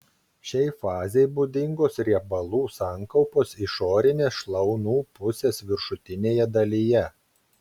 šiai fazei būdingos riebalų sankaupos išorinės šlaunų pusės viršutinėje dalyje